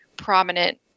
prominent